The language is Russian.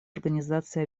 организации